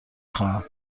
خواهم